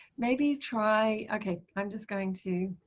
maybe try okay i'm just going to